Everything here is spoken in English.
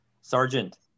Sergeant